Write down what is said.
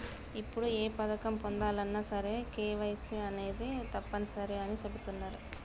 ఇప్పుడు ఏ పథకం పొందాలన్నా సరే కేవైసీ అనేది తప్పనిసరి అని చెబుతున్నరు